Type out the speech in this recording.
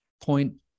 point